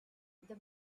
the